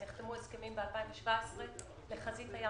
נחתמו הסכמים ב-2017 בחזית הים